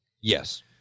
Yes